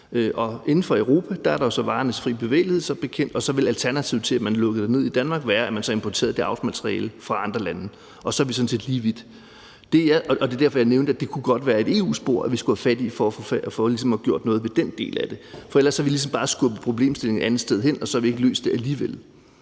er der jo som bekendt varernes fri bevægelighed, og hvis man lukkede ned i Danmark, ville alternativet være, at man så importerede avlsmateriale fra andre lande, og så ville vi sådan set være lige vidt. Det var derfor, jeg nævnte, at det godt kunne være, at det var et EU-spor, vi skulle have fat i for at få gjort noget ved den del af det, for ellers har vi ligesom bare skubbet problemstillingen et andet sted hen, og så har vi alligevel